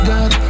God